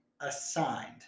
assigned